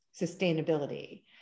sustainability